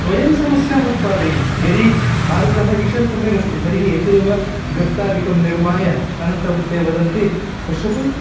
स्वयं समस्याम् उत्पादयन्ति यदि मार्गः ईषत् सम्यगस्ति तर्हि एते एव गर्तादिकं निर्माय अनन्तरं ते वदन्ति पश्यतु